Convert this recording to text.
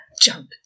jump